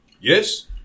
Yes